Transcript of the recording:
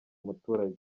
umuturage